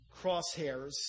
crosshairs